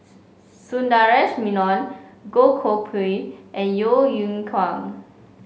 Sundaresh Menon Goh Koh Pui and Yeo Yeow Kwang